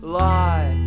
lie